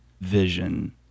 vision